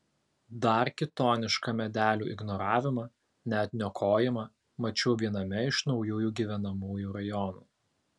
dar kitonišką medelių ignoravimą net niokojimą mačiau viename iš naujųjų gyvenamųjų rajonų